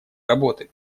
работы